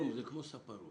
צילום זה כמו ספרות,